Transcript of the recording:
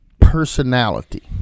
personality